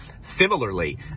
Similarly